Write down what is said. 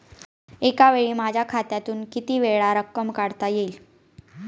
एकावेळी माझ्या खात्यातून कितीवेळा रक्कम काढता येईल?